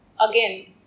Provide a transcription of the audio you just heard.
again